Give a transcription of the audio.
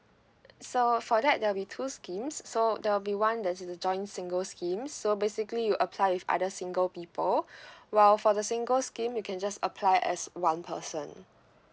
so for that there'll be two schemes so there'll be one that's the joint singles scheme so basically you apply with other single people while for the singles scheme you can just apply as one person